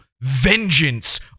vengeance